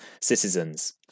citizens